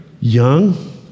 young